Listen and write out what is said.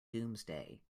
doomsday